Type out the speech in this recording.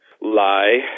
lie